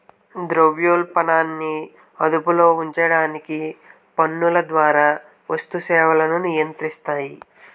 ద్రవ్యాలు పనాన్ని అదుపులో ఉంచడానికి పన్నుల ద్వారా వస్తు సేవలను నియంత్రిస్తాయి